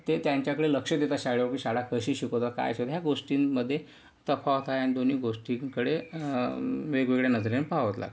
ते त्यांच्याकडे लक्ष देतात शाळेवर की शाळा कशी शिकवतात काय शिकवतात या गोष्टींमध्ये तफावत आहे आणि दोन्ही गोष्टींकडे वेगवेगळ्या नजरेने पाहावंच लागतं